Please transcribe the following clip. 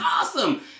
awesome